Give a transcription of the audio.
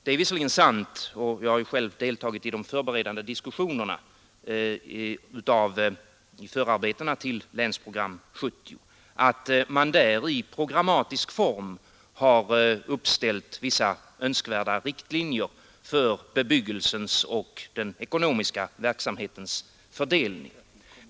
Det är visserligen sant — jag har själv deltagit i de förberedande diskussionerna vid förarbetena till Länsprogram 70 — att man där i programmatisk form har uppställt vissa önskvärda riktlinjer för bebyggelsens och den ekonomiska verksamhetens fördelning.